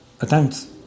attempts